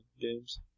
games